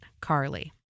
Carly